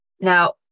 Now